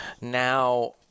now